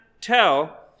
tell